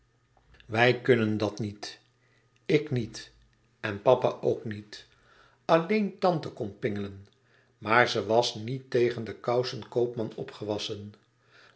wij kunnen dat niet ik niet en papa ook niet alleen tante kon pingelen maar ze was niet tegen den kousenkoopman opgewassen